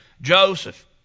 Joseph